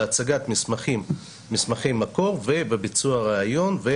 בהצגת מסמכי מקור ובביצוע ריאיון.